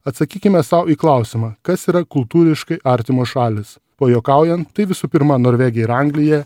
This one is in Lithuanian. atsakykime sau į klausimą kas yra kultūriškai artimos šalys pajuokaujant tai visų pirma norvegija ir anglija